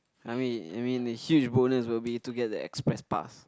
I mean I mean a huge bonus will be to get the express pass